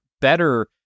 better